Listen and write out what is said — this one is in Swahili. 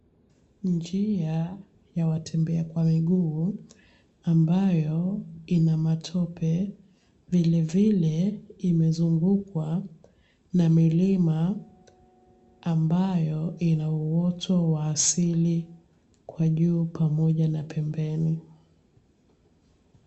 Njia ya watembea kwa miguu ambayo inamatope vilevile imezungukwa na milima ambayo ina uwoto wa asili kwa juu pamoja na pembeni.